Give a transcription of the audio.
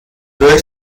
durch